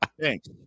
thanks